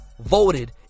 voted